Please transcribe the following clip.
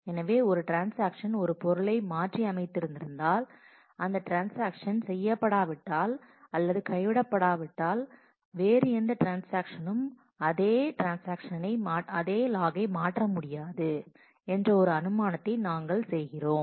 எனவே ஒரு ட்ரான்ஸாக்ஷன்ஸ் ஒரு பொருளை மாற்றியமைத்திருந்தால் அந்த ட்ரான்ஸாக்ஷன் செய்யப்படாவிட்டால் அல்லது கைவிடப்படாவிட்டால் வேறு எந்த ட்ரான்ஸாக்ஷனும் அதே யை மாற்ற முடியாது என்று ஒரு அனுமானத்தை நாங்கள் செய்கிறோம்